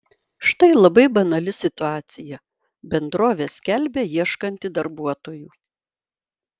štai labai banali situacija bendrovė skelbia ieškanti darbuotojų